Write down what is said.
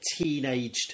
teenaged